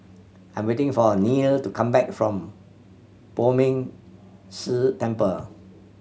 I am waiting for Neal to come back from Poh Ming Tse Temple